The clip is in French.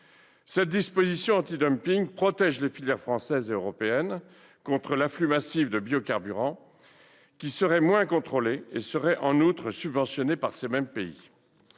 Cette disposition antidumping protège les filières françaises et européennes contre l'afflux massif de biocarburants, qui seraient moins contrôlés et seraient, en outre, subventionnés par ces mêmes pays.